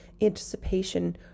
anticipation